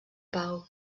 pau